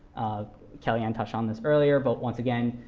kellyanne touched on this earlier, but once again,